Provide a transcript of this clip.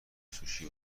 سوشی